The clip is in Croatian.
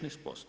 16%